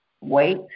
wait